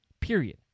Period